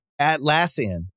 Atlassian